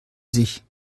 sich